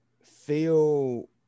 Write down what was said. feel